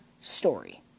story